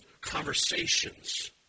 conversations